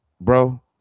Bro